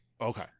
okay